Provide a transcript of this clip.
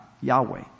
Yahweh